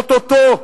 או-טו-טו,